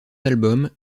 albums